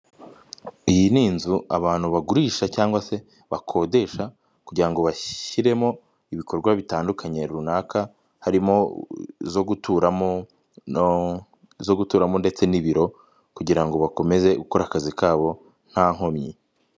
Iyi ni inzu abantu bagurisha cyangwa se bakodesha kugirango ngo bashyiremo ibikorwa bitandukanye runaka harimo zo guturamo zo guturamo ndetse n'ibiro kugira ngo bakomezekore akazi kabo nta nkomyi.